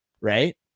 Right